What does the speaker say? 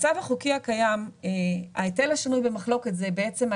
זה לא איזה חנווני או מטפלת בעיסוק,